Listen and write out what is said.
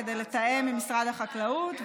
כדי לתאם עם משרד החקלאות,